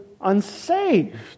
unsaved